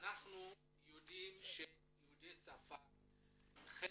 אנחנו יודעים שיהודי צרפת חלקם,